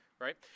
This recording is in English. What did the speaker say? right